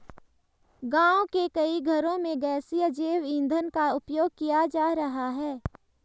गाँव के कई घरों में गैसीय जैव ईंधन का उपयोग किया जा रहा है